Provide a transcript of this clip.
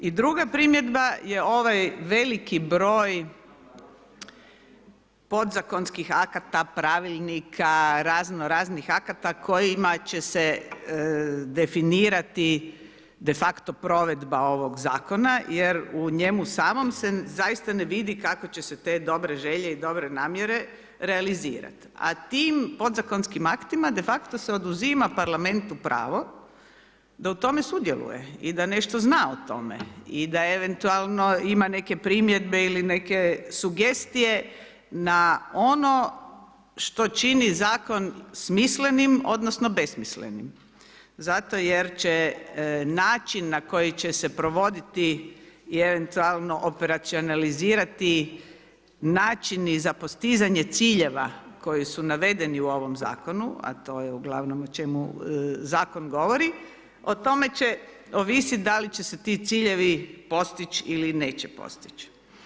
I druga primjedba je ovaj veliki broj podzakonskih akata, pravilnika, raznoraznih akata kojima će se definirati de facto provedba ovog zakona jer u njemu samom se zaista ne vidi kako će se te dobre želje i dobre namjere realizirati a tim podzakonskim aktima de facto se oduzima Parlamentu pravo da u tome sudjeluje i da nešto zna o tome i da eventualno ima neke primjedbe ili neke sugestije na ono što čini zakon smislenim odnosno besmislenim zato jer će način na koji će se provoditi i eventualno operacionalizirati načini za postizanje ciljeva koji su navedeni u ovom zakonu a to je uglavnom o čemu zakon govori, o tome će ovisiti da li će se ti ciljevi postići ili neće postići.